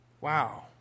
Wow